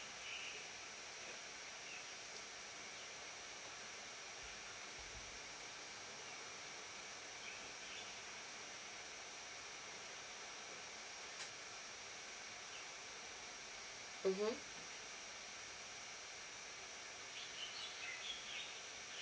mmhmm